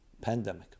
pandemic